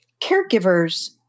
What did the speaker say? caregivers